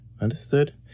understood